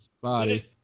body